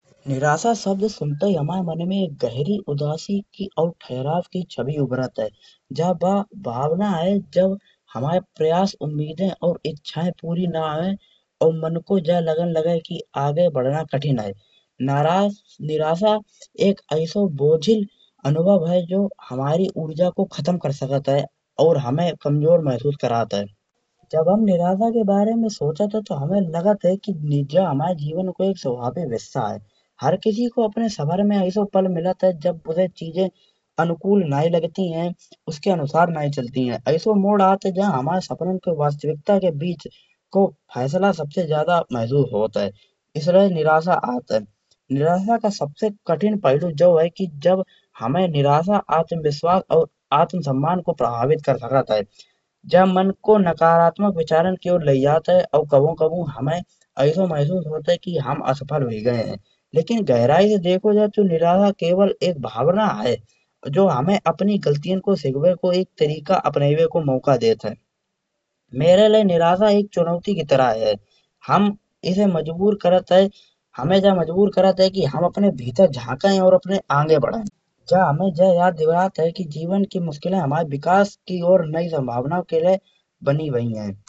निराशा शब्द सुनते हैं माने में एक गहरी उदासी और ठहराव की छवि उभरत है। जा यह भावना है जब हमारे प्रयास उम्मीदें और इच्छाएं पूरी न होय और मन को जा लगन लगे के कि आगे बढ़ना कठिन है। नाराज निराशा एक एसो बोझिल अनुभव है। जो हमारी ऊर्जा को खत्म कर सकत है और हमें कमजोर महसूस करत है। जब हम निराशा के बारे में सोचते हैं तो हमें लागत है कि निद्रा हमारे जीवन का एक स्वाभाविक हिस्सा है। कर किसी को अपने सफर में एक एसे पल मिलत है। जब बुरी चीजें अनुकूल नहीं लगती हैं उसके अनुसार नहीं चलती हैं। यसो मोड़ आत है जहां हमारे सफर को वास्तविकता के बीच को फैसला सबसे ज्यादा महसूस होत है इसमें निराशा आत है। निराशा को सबसे कठिन पहलू जो है। कि हमें निराशा आत्मविश्वास और आत्मसम्मान को प्रभावित कर सकत है। जा मन को नकारात्मक विचारन की और लाई जात है और कभी-कभी हमें एसो महसूस होत है कि हम असफल होई गए हैं। लेकिन गहराई से देखो जाए तो निराशा एक भावना है। जो हमें अपनी गलतियाँ सीखने को एक तरीका अपनाईबे को मौका देत है। मेरे लिए निराशा एक चुनौती के तरह है। हम इसे मजबूर करत है हमें जो मजबूर करत है कि हम अपने भीतर झांके और आगे बढ़ाना। जा हमें यह याद दिलत है कि जीवन की मुश्किलें हमारे विकास की और नई संभावनाओं के कय बनाए भाई हैं।